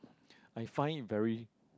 I find it very